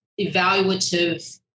evaluative